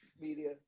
media